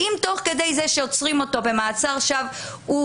ואם תוך כדי זה שעוצרים אותו במעצר שווא הוא